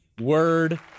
word